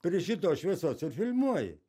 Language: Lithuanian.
prie šitos šviesos ir filmuoji